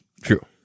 True